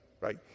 right